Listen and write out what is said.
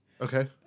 Okay